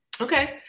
Okay